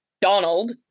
Donald